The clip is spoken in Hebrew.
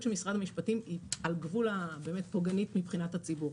של משרד המשפטים היא על גבול הפוגענית מבחינת הציבור.